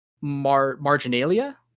Marginalia